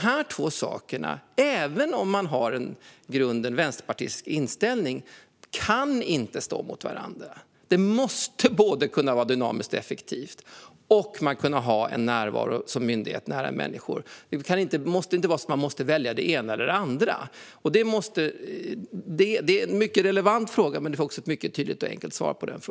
Dessa två saker kan man, även om man har en i grunden vänsterpartistisk inställning, inte ställa mot varandra. Det måste både kunna vara dynamiskt och effektivt och kunna finnas en närvaro som myndighet nära människor. Man ska inte behöva välja det ena eller det andra. Det är alltså en mycket relevant fråga, Ali Esbati, men du får också ett mycket tydligt och enkelt svar.